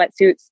wetsuits